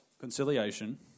conciliation